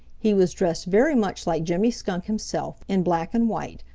he was dressed very much like jimmy skunk himself, in black and white,